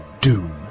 doom